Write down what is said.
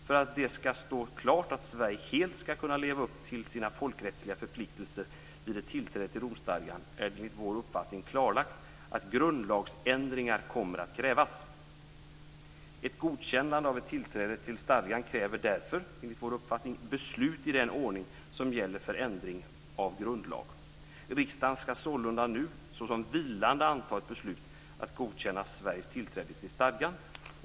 För att det ska stå klart att Sverige helt ska kunna leva upp till sina folkrättsliga förpliktelser vid ett tillträde till Romstadgan är det enligt vår uppfattning klarlagt att grundlagsändringar kommer att krävas. Ett godkännande av ett tillträde till stadgan kräver därför enligt vår uppfattning beslut i den ordning som gäller för ändring av grundlag. Riksdagen ska sålunda nu såsom vilande anta ett beslut att godkänna Sveriges tillträde till stadgan.